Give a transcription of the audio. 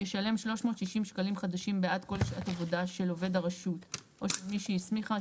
ישלם 360 שקלים חדשים בעד כל שעת עבודה של עובד הרשות או של מי שהסמיכה,